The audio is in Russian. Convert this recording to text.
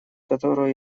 которую